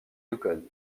yukon